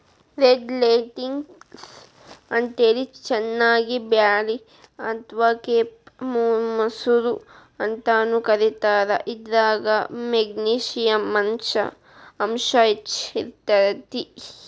red lentils ಅಂತೇಳಿ ಚನ್ನಂಗಿ ಬ್ಯಾಳಿ ಅತ್ವಾ ಕೆಂಪ್ ಮಸೂರ ಅಂತಾನೂ ಕರೇತಾರ, ಇದ್ರಾಗ ಮೆಗ್ನಿಶಿಯಂ ಅಂಶ ಹೆಚ್ಚ್ ಇರ್ತೇತಿ